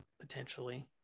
potentially